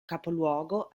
capoluogo